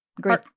Great